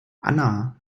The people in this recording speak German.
anna